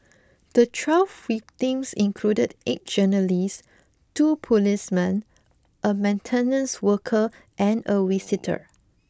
the twelve victims included eight journalists two policemen a maintenance worker and a visitor